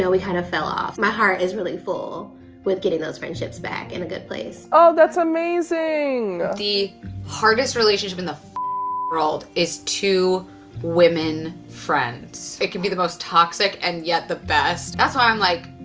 we kind of fell off. my heart is really full with getting those friendships back in a good place. oh, that's amazing. the hardest relationship in the world is two women friends. it can be the most toxic and yet the best. that's why i'm like,